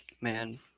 man